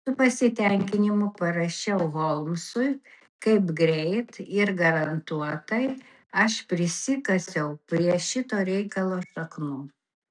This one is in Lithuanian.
su pasitenkinimu parašiau holmsui kaip greit ir garantuotai aš prisikasiau prie šito reikalo šaknų